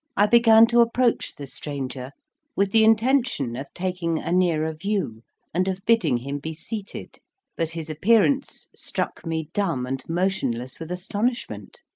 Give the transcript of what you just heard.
i began to approach the stranger with the intention of taking a nearer view and of bidding him be seated but his appearance struck me dumb and motionless with astonishment.